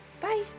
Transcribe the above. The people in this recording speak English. bye